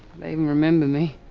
remember me.